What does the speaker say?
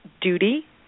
duty